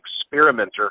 experimenter